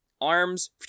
arms